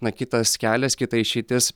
na kitas kelias kita išeitis